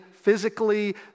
physically